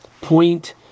point